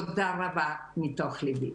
תודה רבה מתוך ליבי.